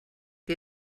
que